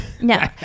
No